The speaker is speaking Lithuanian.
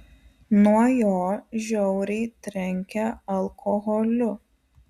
nuo jo žiauriai trenkia alkoholiu